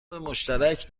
مشترک